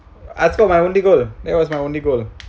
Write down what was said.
I score my only goal that was my only goal